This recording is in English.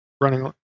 running